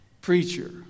preacher